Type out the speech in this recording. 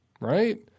right